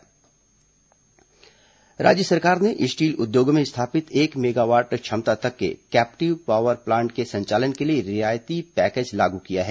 captive power plant रियायत राज्य सरकार ने स्टील उद्योगों में स्थापित एक मेगावॉट क्षमता तक के केप्टिव पावर प्लांट के संचालन के लिए रियायती पैकेज लागू किया है